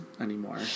anymore